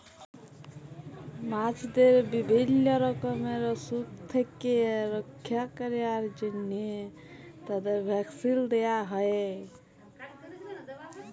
মাছদের বিভিল্য রকমের অসুখ থেক্যে রক্ষা ক্যরার জন্হে তাদের ভ্যাকসিল দেয়া হ্যয়ে